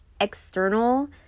external